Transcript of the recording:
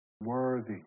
worthy